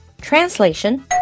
Translation